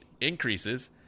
increases